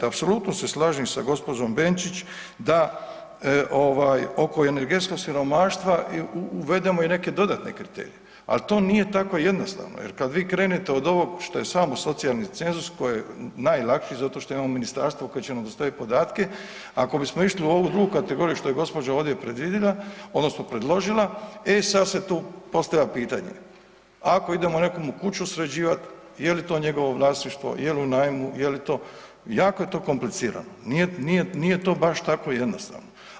Apsolutno se slažem s gospođom Benčić ovo energetskog siromaštva uvedemo i neke dodatne kriterije, ali to nije tako jednostavno jer kad vi krenete od ovog što je samo socijalni cenzus koji je najlakši zato što imamo ministarstvo koje će nam dostaviti podatke, ako bismo išli u ovu drugu kategoriju što je gospođa ovdje predložila, e sad se tu postavlja pitanje, ako idemo nekom kuću sređivat je li to njegovo vlasništvo, je li u najmu, je li to, jako je to komplicirano, nije to baš tako jednostavno.